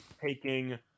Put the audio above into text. taking